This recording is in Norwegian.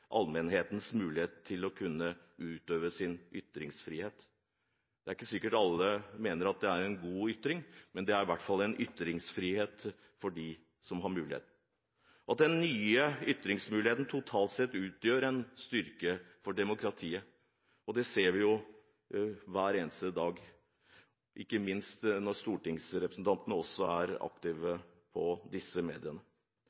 allmennhetens mulighet til å kunne utøve sin ytringsfrihet. Det er ikke sikkert alle mener at det er en god ytring, men det er i hvert fall en ytringsfrihet for dem som har mulighet. Den nye ytringsmuligheten utgjør totalt sett en styrke for demokratiet, og det ser vi hver eneste dag, ikke minst når stortingsrepresentantene også er